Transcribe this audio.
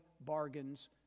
bargains